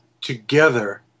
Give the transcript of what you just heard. together